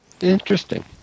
Interesting